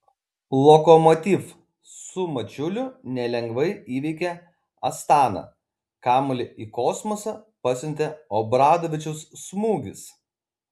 lokomotiv su mačiuliu nelengvai įveikė astaną kamuolį į kosmosą pasiuntė obradovičiaus smūgis